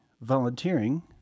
volunteering